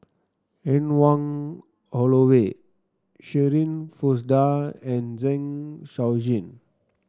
Anne Wong Holloway Shirin Fozdar and Zeng Shouyin